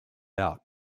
out